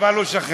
אבל הוא שכן.